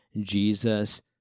Jesus